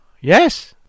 Yes